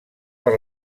per